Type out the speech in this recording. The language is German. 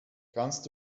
kannst